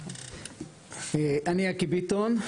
אני יקי ביטון,